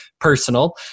personal